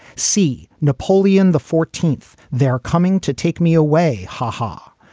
c, napoleon the fourteenth. they're coming to take me away. ha ha.